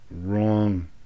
wrong